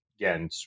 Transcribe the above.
again